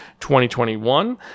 2021